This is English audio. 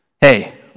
hey